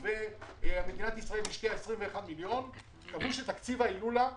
ותיכף אסביר למה הוא נועד יעמוד על 5.3 מיליון שקל.